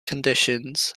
conditions